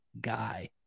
guy